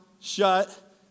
shut